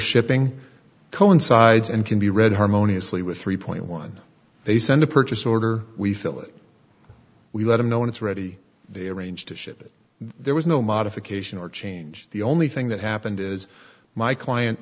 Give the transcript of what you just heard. shipping coincides and can be read harmoniously with three point one they send a purchase order we fill it we let them know when it's ready they arrange to ship it there was no modification or change the only thing that happened is my client